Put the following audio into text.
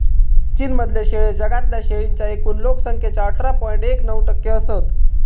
चीन मधले शेळे जगातल्या शेळींच्या एकूण लोक संख्येच्या अठरा पॉइंट एक नऊ टक्के असत